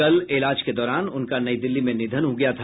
कल इलाज के दौरान उनका नई दिल्ली में निधन हो गया था